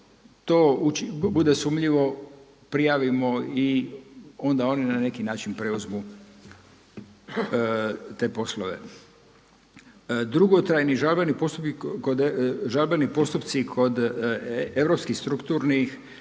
to bude sumnjivo prijavimo i onda oni na neki način preuzmu te poslove. Dugotrajni žalbeni postupci kod europskih Strukturnih